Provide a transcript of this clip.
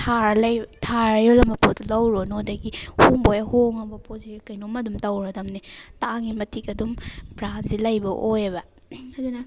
ꯊꯥꯔ ꯂꯩ ꯊꯥꯔ ꯌꯣꯜꯂꯝꯕ ꯄꯣꯠꯇꯣ ꯂꯧꯔꯨꯔꯅꯣ ꯑꯗꯒꯤ ꯍꯣꯡꯕꯨ ꯍꯦꯛ ꯍꯣꯡꯉꯕ ꯄꯣꯠꯁꯤ ꯀꯩꯅꯣꯝꯃ ꯑꯗꯨꯝ ꯇꯧꯔꯗꯕꯅꯦ ꯇꯥꯡꯉꯤ ꯃꯇꯤꯛ ꯑꯗꯨꯝ ꯕ꯭ꯔꯥꯟꯁꯦ ꯂꯩꯕ ꯑꯣꯏꯌꯦꯕ ꯑꯗꯨꯅ